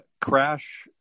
crash